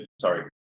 Sorry